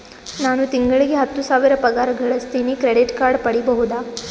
ನಾನು ತಿಂಗಳಿಗೆ ಹತ್ತು ಸಾವಿರ ಪಗಾರ ಗಳಸತಿನಿ ಕ್ರೆಡಿಟ್ ಕಾರ್ಡ್ ಪಡಿಬಹುದಾ?